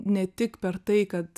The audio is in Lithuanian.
ne tik per tai kad